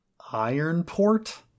Ironport